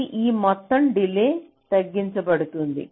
ఇది ఈ మొత్తం డిలే తగ్గించబడుతుంది